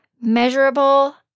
Measurable